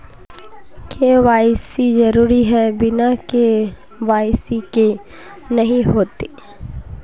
KYC जरुरी है बिना के.वाई.सी के नहीं होते?